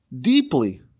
deeply